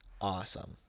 Awesome